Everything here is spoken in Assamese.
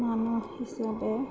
মানুহ হিচাপে